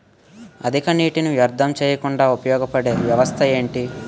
అధిక నీటినీ వ్యర్థం చేయకుండా ఉపయోగ పడే వ్యవస్థ ఏంటి